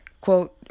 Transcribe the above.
quote